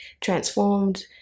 transformed